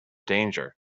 danger